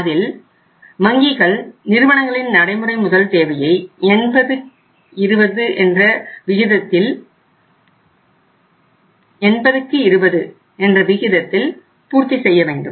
இதில் வங்கிகள் நிறுவனங்களின் நடைமுறை முதல் தேவையை 8020 விகிதத்தில் பூர்த்தி செய்ய செய்ய வேண்டும்